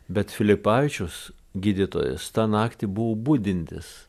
bet filipavičius gydytojas tą naktį buvo budintis